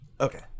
Okay